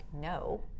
no